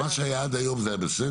זאת אומרת, מה שהיה עד היום היה בסדר?